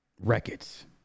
records